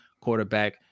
quarterback